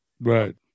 Right